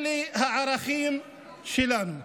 אלה הערכים שלנו.